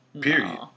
Period